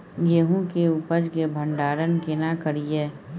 गेहूं के उपज के भंडारन केना करियै?